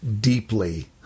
deeply